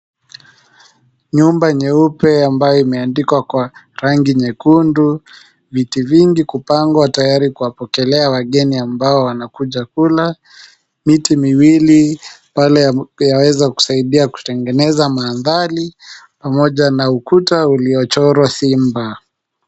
Nyumba nyeupe ambayo imeandikwa kwa rangi nyekundu, viti vingi kupangwa tayari kuwapokelea wageni ambao wanakuja kula. Miti miwili pale yaweza kusaidia kutengeneza mandhari pamoja na ukuta uliochorwa simba.